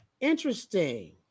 Interesting